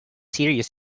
serious